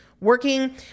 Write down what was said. working